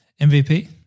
MVP